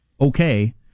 okay